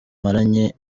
maranye